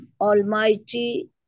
Almighty